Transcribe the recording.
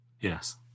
Yes